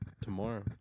tomorrow